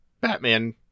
batman